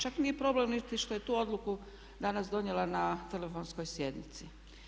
Čak nije problem niti što je tu odluku danas donijela na telefonskoj sjednici.